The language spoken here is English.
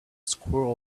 squirrel